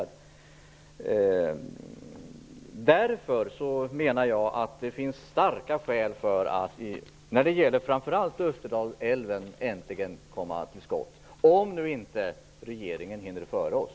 Därför menar jag att det finns starka skäl för att äntligen komma till skott, framför allt när det gäller Österdalälven - om nu inte regeringen hinner före oss.